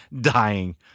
dying